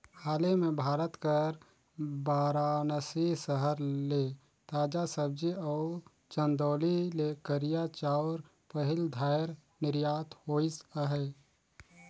हाले में भारत कर बारानसी सहर ले ताजा सब्जी अउ चंदौली ले करिया चाँउर पहिल धाएर निरयात होइस अहे